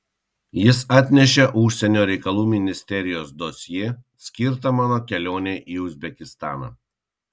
jis atnešė užsienio reikalų ministerijos dosjė skirtą mano kelionei į uzbekistaną